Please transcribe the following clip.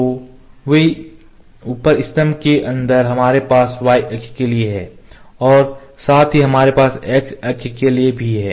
तो वे ऊपर स्तंभ के अंदर हमारे पास y अक्ष के लिए है और साथ ही हमारे पास x अक्ष के लिए भी है